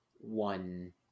one